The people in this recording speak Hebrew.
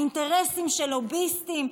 האינטרסים של לוביסטים,